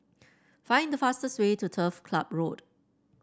find the fastest way to Turf Club Road